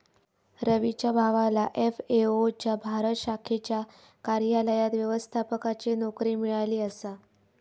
रवीच्या भावाला एफ.ए.ओ च्या भारत शाखेच्या कार्यालयात व्यवस्थापकाची नोकरी मिळाली आसा